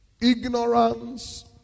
Ignorance